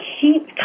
keep